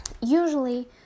usually